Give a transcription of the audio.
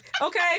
okay